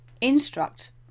Instruct